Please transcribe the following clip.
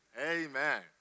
Amen